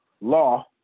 law